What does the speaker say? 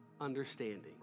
understanding